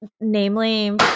namely